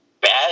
bad